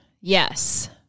Yes